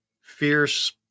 fierce